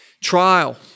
trial